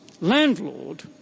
landlord